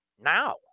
now